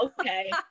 okay